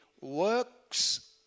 works